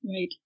right